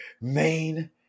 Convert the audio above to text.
Main